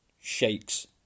shakes